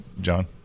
John